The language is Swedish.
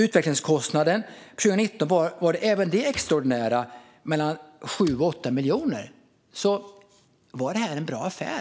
Utvecklingskostnaden var även 2019 extraordinär, nämligen mellan 7 och 8 miljoner. Var detta verkligen en bra affär?